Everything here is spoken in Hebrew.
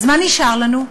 אז מה נשאר לנו?